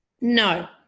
No